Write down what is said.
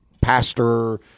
pastor